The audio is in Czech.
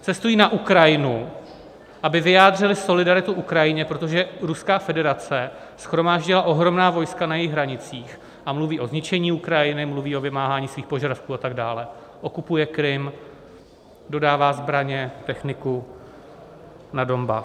Cestují na Ukrajinu, aby vyjádřili solidaritu Ukrajině, protože Ruská federace shromáždila ohromná vojska na jejích hranicích a mluví o zničení Ukrajiny, mluví o vymáhání svých požadavků a tak dále, okupuje Krym, dodává zbraně, techniku na Donbas.